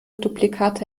duplikate